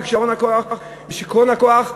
בשיכרון הכוח,